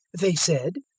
they said,